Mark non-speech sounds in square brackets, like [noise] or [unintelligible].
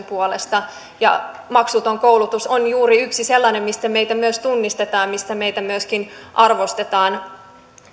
[unintelligible] puolesta maksuton koulutus on juuri yksi sellainen mistä meitä myös tunnistetaan mistä meitä myöskin arvostetaan